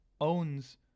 owns